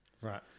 Right